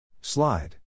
Slide